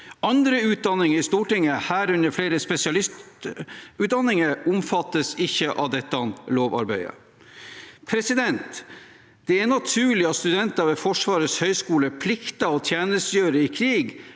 Andre utdanninger i Forsvaret, herunder flere spesialistutdanninger, omfattes ikke av dette lovarbeidet. Det er naturlig at studenter ved Forsvarets høgskole plikter å tjenestegjøre i krig